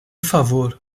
favor